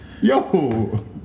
Yo